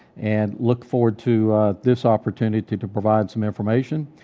and look forward to this opportunity to provide some information,